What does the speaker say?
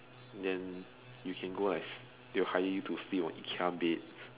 then you can go as they will hire you to sleep on IKEA beds